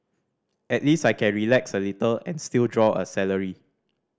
at least I can relax a little and still draw a salary